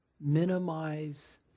minimize